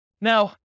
Now